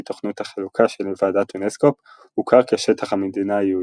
תוכנית החלוקה של ועדת אונסקו"פ הוכר כשטח המדינה היהודית.